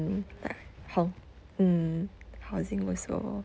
hou~ mm housing also